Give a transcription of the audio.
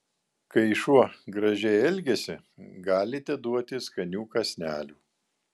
kai šuo gražiai elgiasi galite duoti skanių kąsnelių